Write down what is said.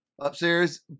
upstairs